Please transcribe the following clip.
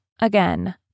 Again